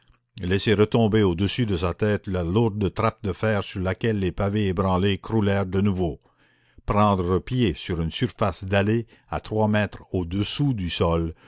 laisser retomber au-dessus de sa tête la lourde trappe de fer sur laquelle les pavés ébranlés croulèrent de nouveau prendre pied sur une surface dallée à trois mètres au-dessous du sol